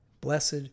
Blessed